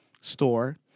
store